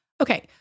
okay